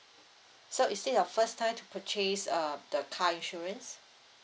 so is it your first time to purchase uh the car insurance